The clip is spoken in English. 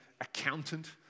accountant